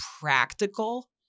practical